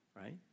right